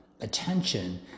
attention